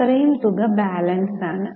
അത്രയും തുക ബാലൻസ് ആണ്